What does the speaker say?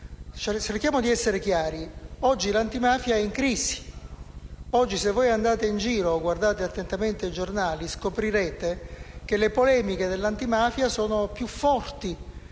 Cerchiamo di essere chiari: oggi l'antimafia è in crisi. Oggi, se andate in giro o guardate attentamente i giornali, scoprirete che le polemiche sull'antimafia sono persino